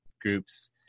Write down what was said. groups